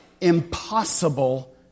impossible